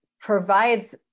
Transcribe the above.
provides